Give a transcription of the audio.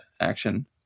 action